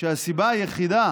שהסיבה היחידה